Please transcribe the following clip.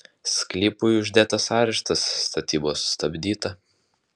sklypui uždėtas areštas statyba sustabdyta